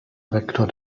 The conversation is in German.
rektor